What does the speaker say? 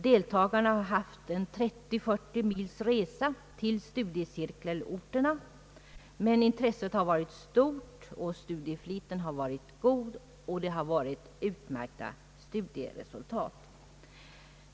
Deltagarna har haft kanske 30 a 40 mils resa till studiecirkelorterna, men intresset har varit stort, studiefliten god och = studieresultaten utmärkta.